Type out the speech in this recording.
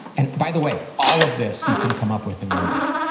and by the way, all of this you can come up with in one date.